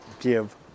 give